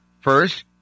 first